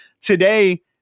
Today